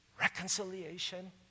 Reconciliation